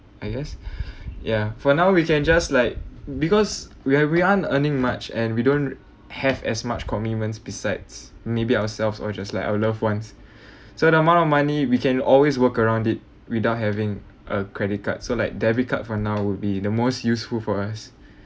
I guess ya for now we can just like because we're we aren't earning much and we don't have as much commitments besides maybe ourselves or just like our loved ones so the amount of money we can always work around it without having a credit card so like debit card for now would be the most useful for us